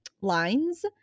lines